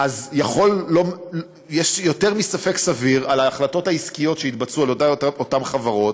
אז יש יותר מספק סביר על ההחלטות העסקיות שהתבצעו באותן חברות,